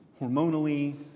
hormonally